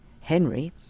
Henry